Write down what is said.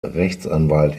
rechtsanwalt